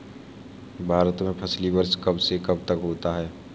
भारत में फसली वर्ष कब से कब तक होता है?